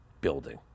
building